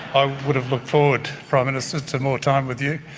i would have looked forward, prime minister, to more time with you.